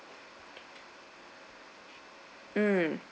mm